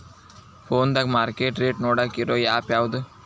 ಫೋನದಾಗ market rate ನೋಡಾಕ್ ಇರು ಆ್ಯಪ್ ಯಾವದು?